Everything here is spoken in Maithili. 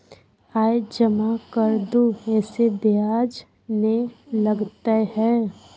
आय जमा कर दू ऐसे ब्याज ने लगतै है?